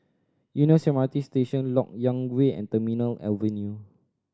Eunos M R T Station Lok Yang Way and Terminal Avenue